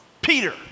Peter